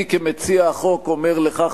אני כמציע החוק אומר לך,